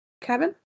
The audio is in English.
cabin